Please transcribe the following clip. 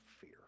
fear